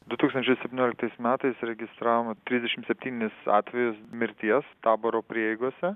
du tūkstančiai septynioliktais metais registravome trisdešim septynis atvejus mirties taboro prieigose